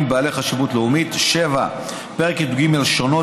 בעלי חשיבות לאומית); 7. פרק י"ג (שונות),